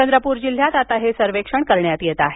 चंद्रपूर जिल्ह्यात आता हे सर्वेक्षण करण्यात येत आहे